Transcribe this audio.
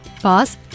Pause